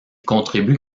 contribue